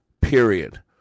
period